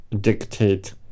dictate